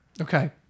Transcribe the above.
Okay